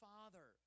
Father